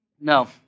No